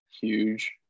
huge